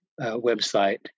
website